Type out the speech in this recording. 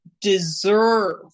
deserve